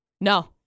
no